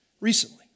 recently